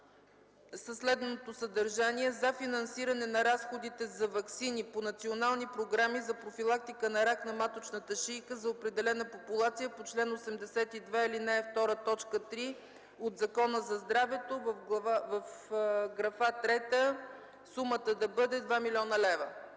със следното съдържание: „За финансиране на разходите за ваксини по национални програми за профилактика на рак на маточната шийка за определена популация по чл. 82, ал. 2, т. 3 от Закона за здравето” – в графа 3 сумата да бъде 2 млн. лв.